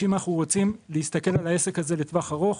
רוצים להסתכל על העסק הזה לטווח ארוך,